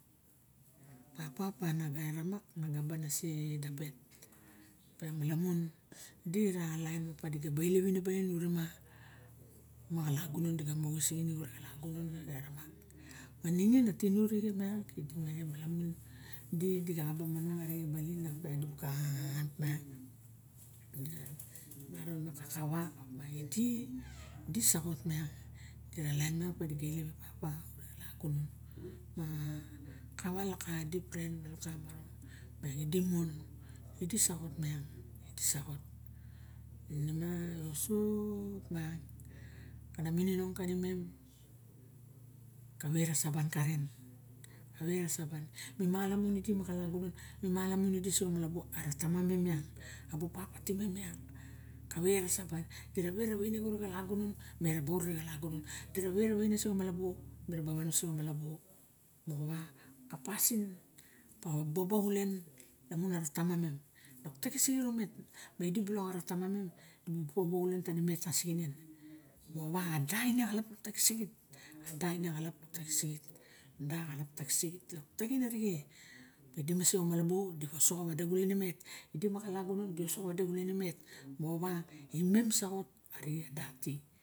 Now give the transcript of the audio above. Papa op miang na ga eremat, na ga ban ma se dampet. Malamun di ra lain op ma di ga ba ielep ine balin ure kolagunan ma di ga oxising ine ure kolagunan ere ma, ma ningin a tinu arixe, miang di ga malamun idi ga xaba manong arixe balin op miang ka axan miang. Ma kakava, ma idi di sangot miang. Dira lain miang op ma di ga ielep e papa ure kolagunan, ma kava la ka dipren, lo kan orong me idi mon. Idi sa ot miang, idi sa ot. Ine miang uso op miang ana mininong kanimem kavae ra saban ka ren, kavae ra saban. Mi malamun idi ma kolagunan, mi malamun idi uso komalabuo. Ara taman imim miang a buk papa ti mem miang. Kava e ra saban. Di ra ve ra vaine ure kolagunan, mi ra bo ure kolagunan, di ra ve ra vaine ma so komalabuo mi ra ba van ma sokolmalabuo. Mava, a pasin bo a bobo xulen lamu ara tama imem. Lok taxis sixit omet me idi bilok di bu bobo xulen tani met tasinginen. Moxa va ada ine axalap taxis sixit. Lok taxin arixe. Ma idi ma se komalabuo, di ka osoxo vade xulen imet. Idi ma kolagunan, di ka osoxo vade xulen imet. Moxa va imem sax ot arixe a dati.